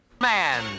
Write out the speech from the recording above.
man